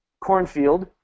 cornfield